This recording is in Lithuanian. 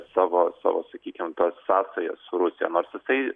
savo savo sakykim tas sąsajas su rusija nors jisai